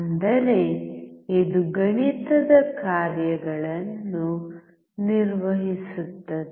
ಅಂದರೆ ಇದು ಗಣಿತದ ಕಾರ್ಯಗಳನ್ನು ನಿರ್ವಹಿಸುತ್ತದೆ